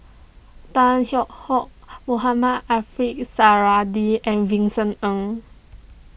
Tan Hwee Hock Mohamed Suradi and Vincent Ng